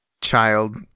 child